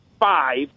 five